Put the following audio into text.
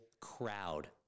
crowd